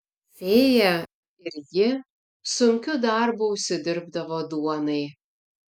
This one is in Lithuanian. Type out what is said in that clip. fėja ir ji sunkiu darbu užsidirbdavo duonai